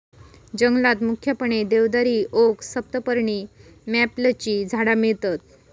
जंगलात मुख्यपणे देवदारी, ओक, सप्तपर्णी, मॅपलची झाडा मिळतत